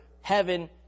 heaven